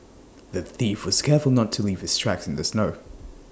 the thief was careful not to leave his tracks in the snow